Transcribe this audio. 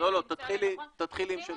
לא, תתחילי עם שלכם.